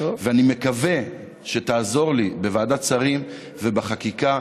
ואני מקווה שתעזור לי בוועדת שרים ובחקיקה.